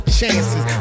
chances